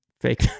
fake